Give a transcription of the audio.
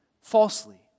falsely